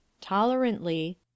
Tolerantly